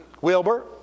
Wilbur